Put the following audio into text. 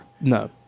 No